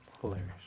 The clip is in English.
Hilarious